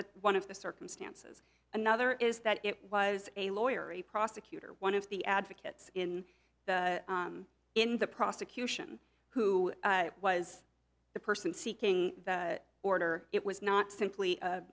that's one of the circumstances another is that it was a lawyer a prosecutor one of the advocates in the in the prosecution who was the person seeking the order it was not simply a